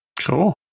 Cool